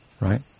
right